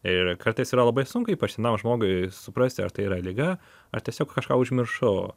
ir kartais yra labai sunku ypač senam žmogui suprasti ar tai yra liga ar tiesiog kažką užmiršau